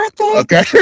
Okay